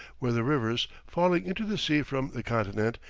where the rivers, falling into the sea from the continent,